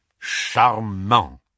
charmant